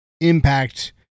impact